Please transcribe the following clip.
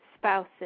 spouses